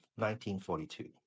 1942